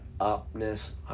upness